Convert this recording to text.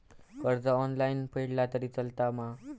कर्ज ऑनलाइन फेडला तरी चलता मा?